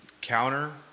Counter